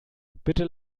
bitte